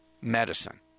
medicine